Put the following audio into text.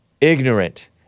ignorant